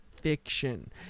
fiction